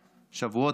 בשבועות,